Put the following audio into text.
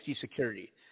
Security